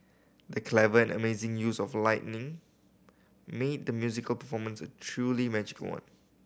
the clever and amazing use of lightning made the musical performance a truly magical one